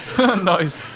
Nice